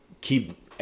keep